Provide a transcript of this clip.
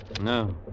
No